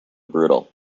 brutal